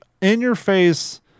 in-your-face